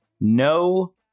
No